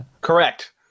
Correct